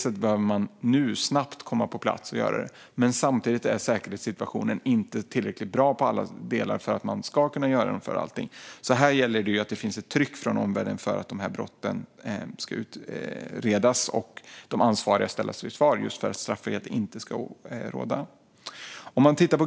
Därför behöver man snabbt komma på plats nu och göra det. Samtidigt är säkerhetssituationen inte tillräckligt bra för att man ska kunna göra det här överallt. Här gäller att det finns ett tryck från omvärlden för att brotten ska utredas och de ansvariga ställas till svars för att straffrihet inte ska råda.